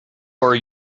are